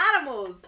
animals